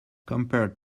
compared